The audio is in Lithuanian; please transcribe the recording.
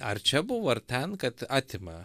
ar čia buvo ar ten kad atima